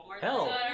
Hell